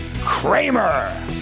Kramer